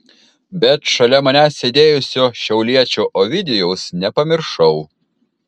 bet šalia manęs sėdėjusio šiauliečio ovidijaus nepamiršau